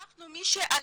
לקחנו מי שעלה,